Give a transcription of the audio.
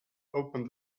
open